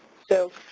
so,